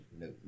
No